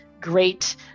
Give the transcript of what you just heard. great